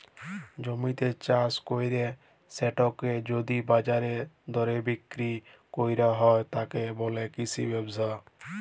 জমিতে চাস কইরে সেটাকে যদি বাজারের দরে বিক্রি কইর হয়, তাকে বলে কৃষি ব্যবসা